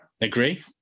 Agree